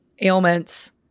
ailments